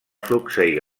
succeir